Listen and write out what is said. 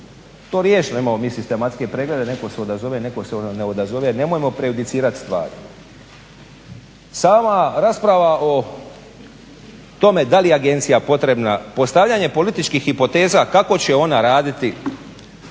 to riješeno. Imamo mi sistematske pregleda, netko se odazove, netko se ne odazove, nemojmo prejudicirati stvar. Sama rasprava o tome da li je agencija potrebna i postavljanje političkih hipoteza kako će ona raditi